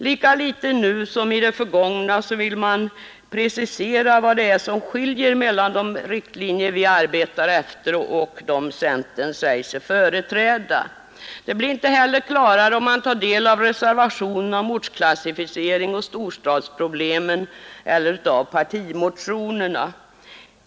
Lika litet nu som i det förgångna vill man dock precisera vad det är som skiljer mellan de riktlinjer vi arbetar efter och de linjer centern säger sig företräda. Det blir inte klarare om man tar del av reservationerna om ortsklassificering och storstadsproblemen eller av partimotionerna.